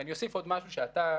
ואני אוסיף עוד משהו שאתה,